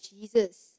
Jesus